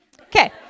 Okay